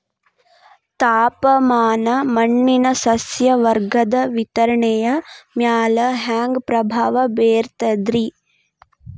ತಾಪಮಾನ ಮಣ್ಣಿನ ಸಸ್ಯವರ್ಗದ ವಿತರಣೆಯ ಮ್ಯಾಲ ಹ್ಯಾಂಗ ಪ್ರಭಾವ ಬೇರ್ತದ್ರಿ?